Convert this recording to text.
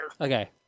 Okay